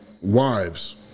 wives